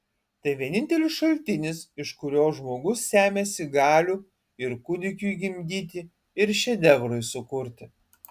tai vienintelis šaltinis iš kurio žmogus semiasi galių ir kūdikiui gimdyti ir šedevrui sukurti